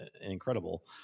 incredible